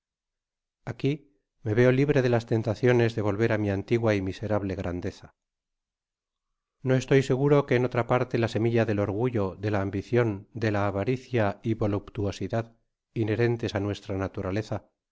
aqui me veo libre de las tentaciones de solver á mi antigua y miserable grandeza no estoy seguro que en otra parte la semilla del orgullo de la ambicion de la avaricia y voluptuosidad inherentes á nuestra naturaleza